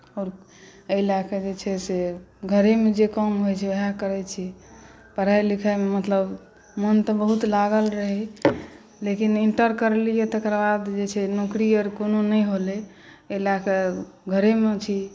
आओर एहि लए कऽ जे छै से घरेमे जे काम होइत छै उएह करैत छी पढ़ाइ लिखाइमे मतलब मोन तऽ बहुत लागल रहय लेकिन इण्टर करलियै तकरबाद जे छै नौकरी आओर कोनो नहि होलै एहि लए कऽ घरेमे छी